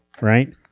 right